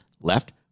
left